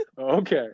Okay